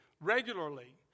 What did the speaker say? regularly